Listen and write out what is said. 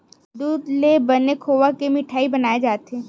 दूद ले बने खोवा के मिठई बनाए जाथे